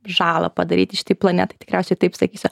žalą padaryti šitai planetai tikriausiai taip sakysiu